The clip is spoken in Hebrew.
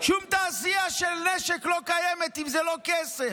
שום תעשייה של נשק לא קיימת אם זה לא כסף.